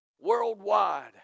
Worldwide